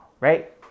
right